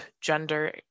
gender